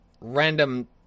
random